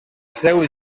seu